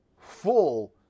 full